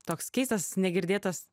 toks keistas negirdėtas